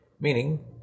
meaning